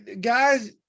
guys